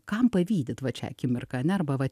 kam pavydit vat šią akimirką ane arba va